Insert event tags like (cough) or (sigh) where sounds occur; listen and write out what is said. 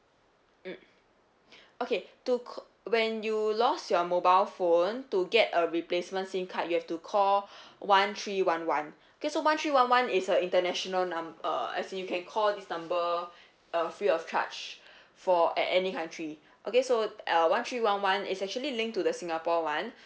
mm (breath) okay to ca~ when you lost your mobile phone to get a replacement SIM card you have to call (breath) one three one one okay so one three one one is a international number as in you can call this number uh free of charge for at any country okay so uh one three one one is actually linked to the singapore one